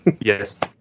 Yes